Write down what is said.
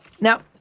Now